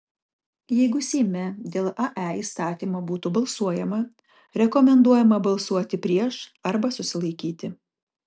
jeigu seime dėl ae įstatymo būtų balsuojama rekomenduojama balsuoti prieš arba susilaikyti